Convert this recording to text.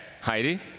Heidi